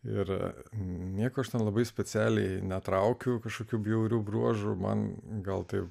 ir nieko aš ten labai specialiai netraukiu kažkokių bjaurių bruožų man gal tai